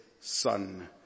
son